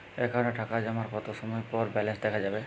অ্যাকাউন্টে টাকা জমার কতো সময় পর ব্যালেন্স দেখা যাবে?